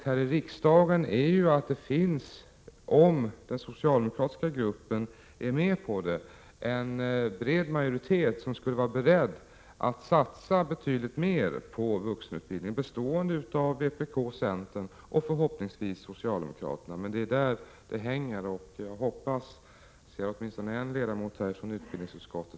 Här i riksdagen är situationen den att det — om den socialdemokratiska gruppen är med på det — finns en bred majoritet bestående av vpk, centern och förhoppningsvis socialdemokraterna, som är beredd att satsa betydligt mer på vuxenutbildning. Jag ser åtminstone en ledamot här från utbildningsutskottet.